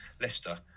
Leicester